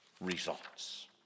results